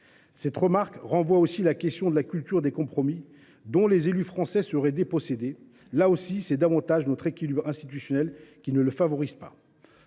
Cette remarque renvoie aussi à la question de la culture du compromis, dont les élus français seraient dépourvus. Là aussi, c’est plutôt notre équilibre institutionnel qui ne la favorise pas.